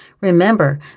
Remember